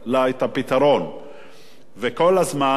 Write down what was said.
כל הזמן חשבנו שבאמת